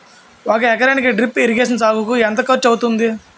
ఒక ఎకరానికి drip irrigation సాగుకు ఎంత ఖర్చు అవుతుంది?